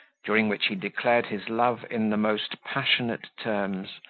during which he declared his love in the most passionate terms,